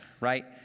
right